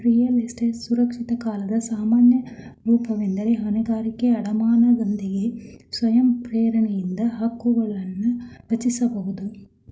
real estate ಸುರಕ್ಷಿತ ಕಾಲದ ಸಾಮಾನ್ಯ ರೂಪವೆಂದ್ರೆ ಹೊಣೆಗಾರಿಕೆ ಅಡಮಾನನೊಂದಿಗೆ ಸ್ವಯಂ ಪ್ರೇರಣೆಯಿಂದ ಹಕ್ಕುಗಳನ್ನರಚಿಸಬಹುದು